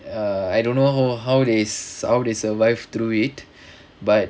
err I don't know how they how they survive through it but